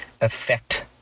affect